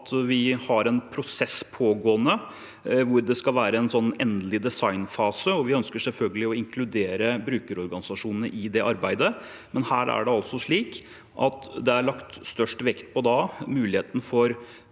vi har en pågående prosess, hvor det skal være en endelig designfase, og vi ønsker selvfølgelig å inkludere brukerorganisasjonene i det arbeidet. Men her er det altså lagt størst vekt på muligheten for